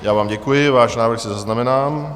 Já vám děkuji, váš návrh si zaznamenám.